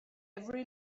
every